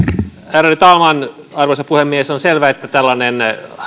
ärade talman arvoisa puhemies on selvää että tällainen